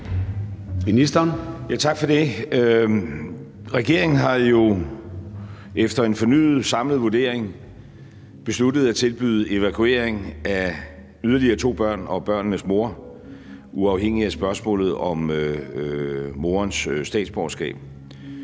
Rasmussen): Tak for det. Regeringen har jo efter en fornyet samlet vurdering besluttet at tilbyde evakuering af yderligere to børn og børnenes mor, uafhængigt af spørgsmålet om morens statsborgerskab.